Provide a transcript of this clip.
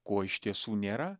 kuo iš tiesų nėra